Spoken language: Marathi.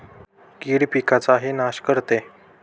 कीड पिकाचाही नाश करते